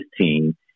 team